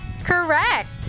Correct